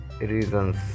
reasons